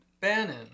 Bannon